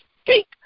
speak